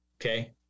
Okay